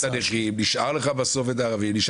נשאר לך בסוף את הערבים,